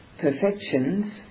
perfections